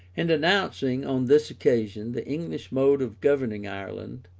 in denouncing, on this occasion, the english mode of governing ireland,